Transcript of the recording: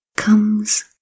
Comes